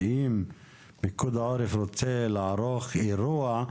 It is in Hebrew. ואם פיקוד העורף רוצה לערוך אירוע,